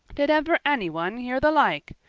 did ever anyone hear the like!